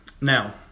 Now